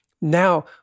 now